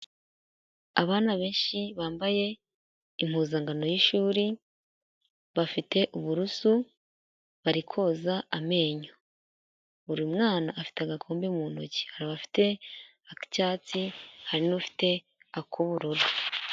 Abana benshi bambaye impuzankano y'ishuri, bafite uburoso bari koza amenyo, buri mwana afite agakombe mu ntoki, hari abafite ak'icyatsi, hari n'ufite ak'ubururu.